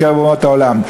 בקרב אומות העולם.